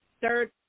third